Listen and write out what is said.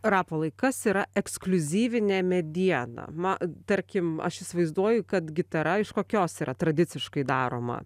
rapolai kas yra ekskliuzyvinė mediena ma tarkim aš įsivaizduoju kad gitara iš kokios yra tradiciškai daroma